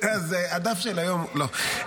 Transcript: אז הדף של היום, לא.